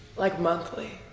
like monthly,